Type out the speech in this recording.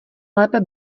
lépe